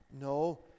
No